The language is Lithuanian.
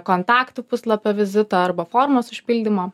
kontaktų puslapio vizito arba formos užpildymo